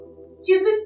Stupid